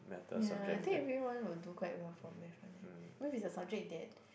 ya I think everyone will do quite well for Math one leh because it's a subject that